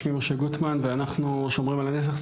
שמי משה גוטמן ואנחנו 'שומרים על הנצח',